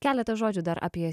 keletą žodžių dar apie